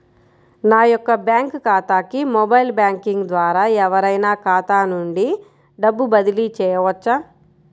నా యొక్క బ్యాంక్ ఖాతాకి మొబైల్ బ్యాంకింగ్ ద్వారా ఎవరైనా ఖాతా నుండి డబ్బు బదిలీ చేయవచ్చా?